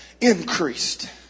increased